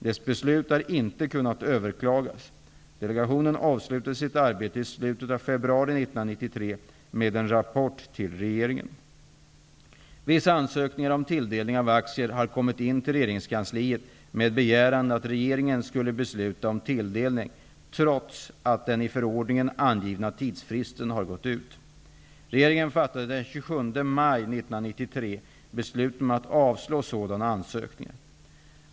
Dess beslut har inte kunnat överklagas. Delegationen avslutade sitt arbete i slutet av februari 1993 med en rapport till regeringen. Vissa ansökningar om tilldelning av aktier har kommit in till regeringskansliet med begäran att regeringen skulle besluta om tilldelning trots att den i förordningen angivna tidsfristen har gått ut. Regeringen fattade den 27 maj 1993 beslut om att avslå sådana ansökningar.